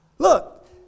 Look